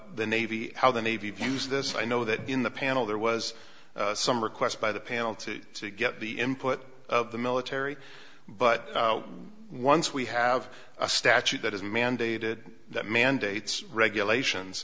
the navy how the navy views this i know that in the panel there was some request by the panel to get the input of the military but once we have a statute that is mandated that mandates regulations